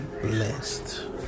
blessed